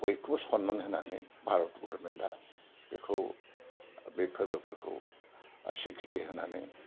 बयखौबो सनमान होनानै भारत गभरमेन्टआ बे फोरबोफोरखौ सिख्रिथि होनानै